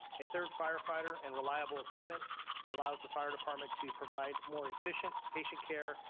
a third firefighter and reliable equipment allows the fire department to provide more efficient patient care,